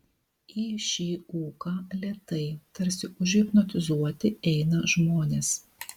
į šį ūką lėtai tarsi užhipnotizuoti eina žmonės